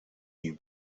you